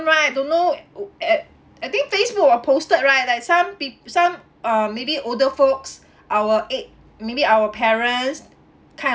right don't know at I think Facebook got posted right like some peo~ some uh maybe older folks our eight maybe our parents kind of